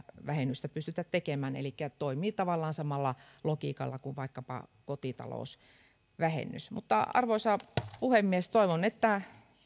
vähennystä pystytä tekemään elikkä tämä toimii tavallaan samalla logiikalla kuin vaikkapa kotitalousvähennys arvoisa puhemies toivon että